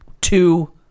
two